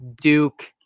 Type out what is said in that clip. Duke